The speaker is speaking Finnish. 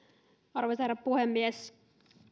arvoisa herra puhemies